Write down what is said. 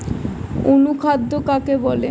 অনুখাদ্য কাকে বলে?